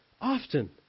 often